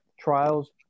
trials